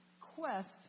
quest